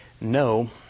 no